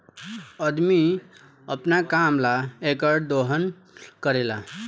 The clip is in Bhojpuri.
अदमी अपना काम ला एकर दोहन करेला